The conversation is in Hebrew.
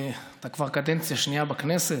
אתה כבר קדנציה שנייה בכנסת.